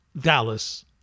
Dallas